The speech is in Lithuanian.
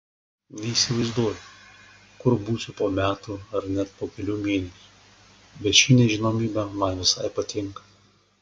neįsivaizduoju kur būsiu po metų ar net po kelių mėnesių bet ši nežinomybė man visai patinka